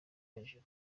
hejuru